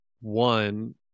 one